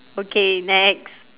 okay next